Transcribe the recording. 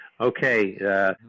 Okay